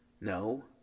No